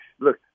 Look